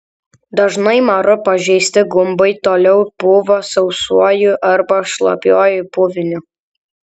dažnai maru pažeisti gumbai toliau pūva sausuoju arba šlapiuoju puviniu